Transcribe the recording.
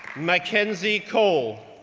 mackenzie cole,